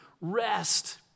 rest